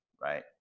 right